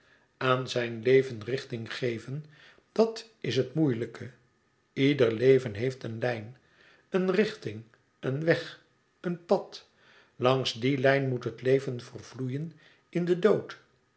aan zijn leven richting geven dàt is het moeilijke ieder leven heeft een lijn een richting een weg een pad langs die lijn moet het leven vervloeien in den dood